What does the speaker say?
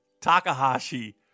Takahashi